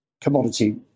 commodity